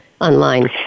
online